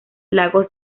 lagos